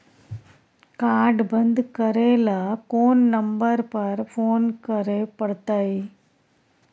Card बन्द करे ल कोन नंबर पर फोन करे परतै?